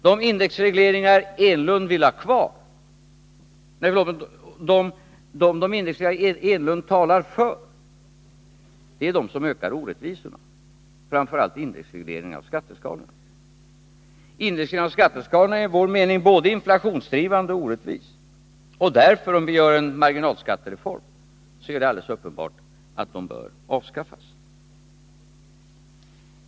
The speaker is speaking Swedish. De indexregleringar som Eric Enlund talar för är de som ökar orättvisorna, framför allt indexregleringen av skatteskalorna. Indexregleringen av skatteskalorna är, enligt vår åsikt, både inflationsdrivande och orättvis. Om vi skall göra en marginalskattereform, är det alldeles uppenbart att denna indexreglering bör avskaffas.